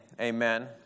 Amen